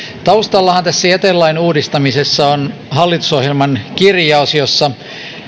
taustallahan tässä jätelain uudistamisessa on hallitusohjelman kirjaus jossa